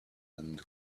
and